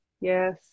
yes